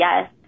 yes